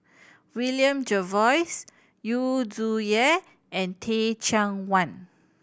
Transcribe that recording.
William Jervois Yu Zhuye and Teh Cheang Wan